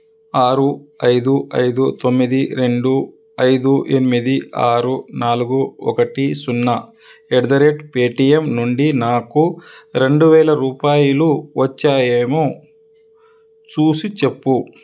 ఆరు ఐదు ఐదు తొమ్మిది రెండు ఐదు ఎనిమిది ఆరు నాలుగు ఒకటి సున్నా ఎట్ ద రేట్ పేటీఎం నుండి నాకు రెండు వేల రూపాయలు వచ్చాయేమో చూసిచెప్పు